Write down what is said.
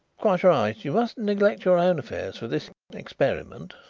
quite right you mustn't neglect your own affairs for this experiment,